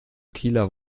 kieler